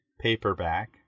paperback